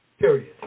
period